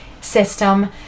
system